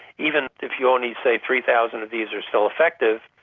even if you only say three thousand of these are still effective,